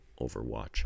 Overwatch